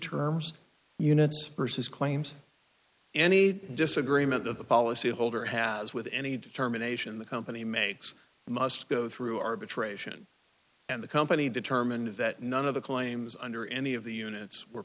terms units versus claims any disagreement of the policy holder has with any determination the company makes must go through arbitration and the company determined that none of the claims under any of the units were